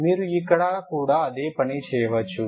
మీరు ఇక్కడ కూడా అదే పని చేయవచ్చు